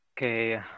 Okay